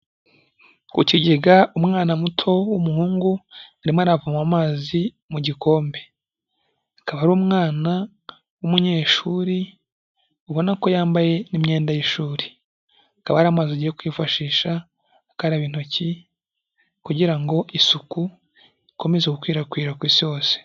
Ku kigega umwana muto w'umuhungu arimo aravoma amazi mu gikombe, akaba ari umwana w'umunyeshuri ubona ko yambaye n'imyenda y'ishuri, akaba ari amazi agiye kwifashisha akaraba intoki kugira ngo isuku ikomeze gukwirakwira ku isi hose.